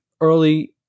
early